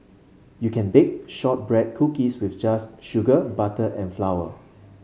you can bake shortbread cookies with just sugar butter and flour